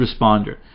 responder